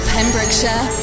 Pembrokeshire